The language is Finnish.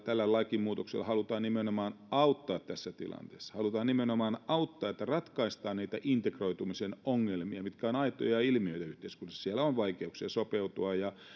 tällä lakimuutoksella halutaan nimenomaan auttaa tässä tilanteessa halutaan nimenomaan auttaa että ratkaistaan niitä integroitumisen ongelmia mitkä ovat aitoja ilmiöitä yhteiskunnassa siellä on vaikeuksia sopeutua ja